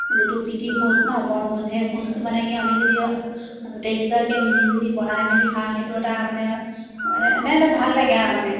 যিটো প্ৰীতি ভোজ নহ্ বনভোজ সেই ভোজটো মানে কি আমি যদি গোটেইকেইগৰাকীয়ে মিলি যদি বনাই মেলি খাওঁ সেইটো এটা মানে এনেই এটা ভাল লাগে আৰু মানে